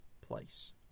place